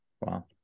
Wow